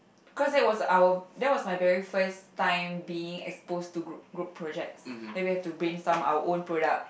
cause that was our that was my very first time being exposed to group group project that we have to brainstorm our own product